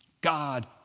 God